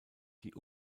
die